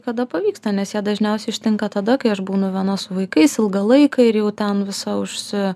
kada pavyksta nes jie dažniausiai ištinka tada kai aš būnu viena su vaikais ilgą laiką ir jau ten visa užsi